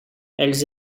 elles